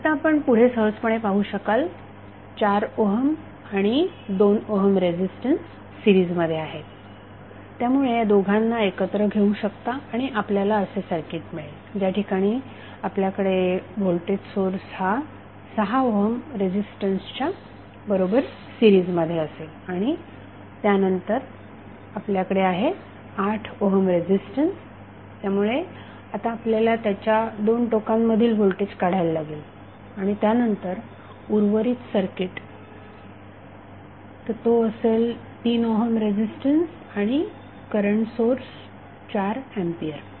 आता आपण पुढे सहजपणे पाहू शकाल 4 ओहम आणि 2 ओहम रेझिस्टन्स सिरीज मध्ये आहेत त्यामुळे त्या दोघांना एकत्र घेऊ शकता आणि आपल्याला असे सर्किट मिळेल ज्या ठिकाणी आपल्याकडे व्होल्टेज सोर्स हा 6 ओहम रेझिस्टन्सच्या बरोबर सीरिजमध्ये असेल आणि त्यानंतर आपल्याकडे आहे 8 ओहम रेझिस्टन्स त्यामुळे आता आपल्याला त्याच्या दोन टोकांमधील व्होल्टेज काढायला लागेल आणि त्यानंतर उर्वरित सर्किट तर तो असेल 3 ओहम रेझिस्टन्स आणि करंट सोर्स 4 एंपियर